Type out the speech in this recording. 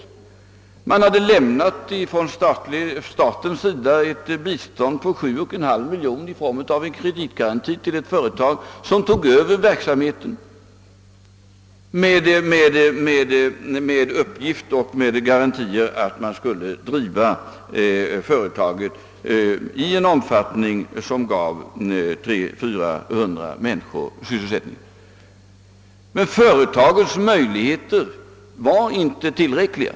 Staten hade räknat med att lämna ett bistånd på 7,5 miljoner kronor i form av en kreditgaranti till ett företag, som övertog verksamheten, mot en utfästelse att driften skulle genomföras i en omfattning som gav 300—400 personer sysselsättning. Företagets möjligheter var dock inte tillräckliga.